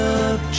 up